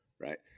right